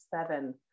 seven